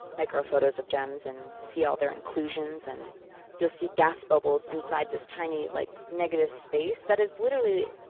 micro-photos of gems and see all their inclusions, and you'll see gas bubbles inside this tiny like negative space that is, literally,